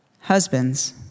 Husbands